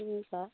हुन्छ